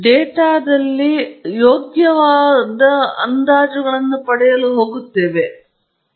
ಉದಾಹರಣೆಗೆ ಡೇಟಾವು ಹೊರಗಿನವರಾಗಿದ್ದರೆ ಅಂದರೆ ನಾನು ಸ್ವಚ್ಛಗೊಳಿಸಲು ಮಾಡಬೇಕು ಆದರೆ ದೃಢವಾದ ವಿಧಾನಗಳಿವೆ